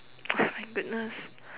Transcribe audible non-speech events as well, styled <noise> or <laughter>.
<breath> my goodness